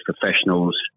professionals